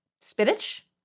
spinach